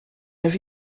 have